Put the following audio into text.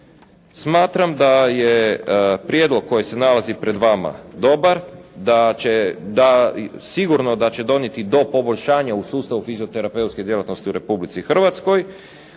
Smatram da je prijedlog koji se nalazi pred vama dobar, da će ta, sigurno da će donijeti do poboljšanja u sustavu fizioterapeutske djelatnosti u Republici Hrvatskoj